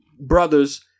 brothers